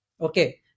okay